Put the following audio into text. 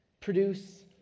produce